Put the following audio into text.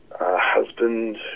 husband